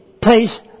place